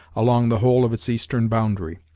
along the whole of its eastern boundary,